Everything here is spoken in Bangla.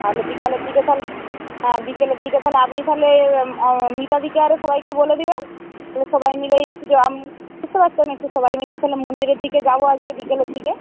তাহলে বিকেলের দিকে তাহলে হ্যাঁ বিকেলের দিকে তাহলে আপনি তাহলে মিতাদিকে আরও সবাইকে বলে দেবেন সবাই মিলেই একটু বুঝতে পারছেন একটু সবাই মিলেই তাহলে মন্দিরের দিকে যাব আজকে বিকেলের দিকে